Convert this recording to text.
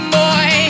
boy